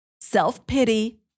self-pity